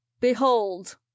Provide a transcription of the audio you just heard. behold